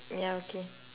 ya okay